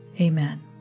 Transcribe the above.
Amen